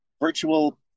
virtual